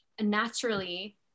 naturally